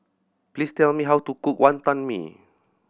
please tell me how to cook Wonton Mee